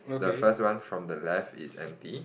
the first one from the left is empty